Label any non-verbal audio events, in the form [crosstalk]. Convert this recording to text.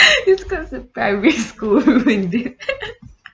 [breath] it's because it's primary school indeed [laughs]